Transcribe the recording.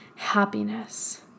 Happiness